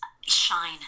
Shine